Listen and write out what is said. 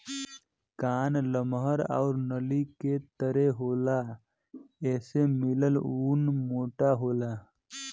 कान लमहर आउर नली के तरे होला एसे मिलल ऊन मोटा होला